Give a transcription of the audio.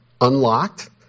unlocked